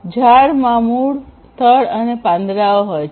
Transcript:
ઝાડમાં મૂળ થડ અને પાંદડાઓ હોય છે